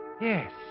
Yes